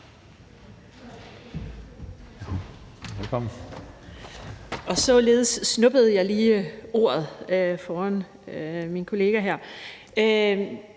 (SF): Således snuppede jeg lige ordet foran min kollega her.